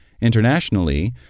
Internationally